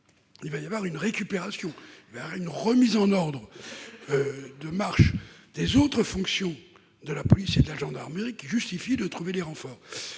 il y aura une récupération vers une remise en ordre de marche des autres fonctions de la police et de la gendarmerie, ce qui justifie de trouver des renforts.